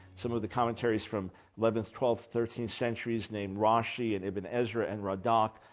some of the commentaries from eleventh, twelfth, thirteenth centuries. named rashi and ibn ezra and radach.